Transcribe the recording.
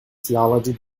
theology